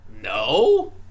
No